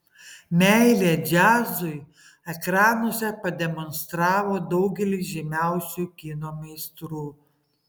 meilę džiazui ekranuose pademonstravo daugelis žymiausių kino meistrų